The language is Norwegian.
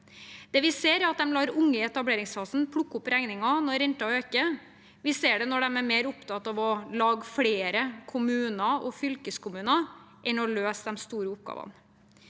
Det vi ser, er at de lar unge i etableringsfasen plukke opp regningen når renten øker. Vi ser det når de er mer opptatt av å lage flere kommuner og fylkeskommuner enn å løse de store oppgavene.